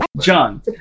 John